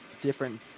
different